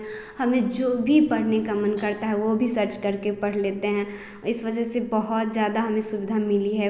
हमें जो भी पढ़ने का मन करता है वह भी सर्च करके पढ़ लेते हैं इस वजह से बहुत ज़्यादा सुविधा हमें मिली है